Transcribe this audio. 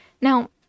Now